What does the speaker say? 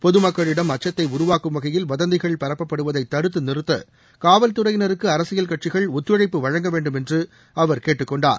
பொதுமக்களிடம் அச்சத்தை உருவாக்கும் வகையில் வதந்திகள் பரப்பப்படுவதை தடுத்து நிறத்த காவல்துறையினருக்கு அரசியல் கட்சிகள் ஒத்துழைப்பு வழங்க வேண்டும் என்று அவர் கேட்டுக் கொண்டார்